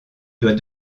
doit